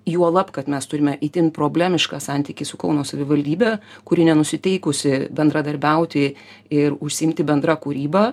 juolab kad mes turime itin problemišką santykį su kauno savivaldybe kuri nenusiteikusi bendradarbiauti ir užsiimti bendra kūryba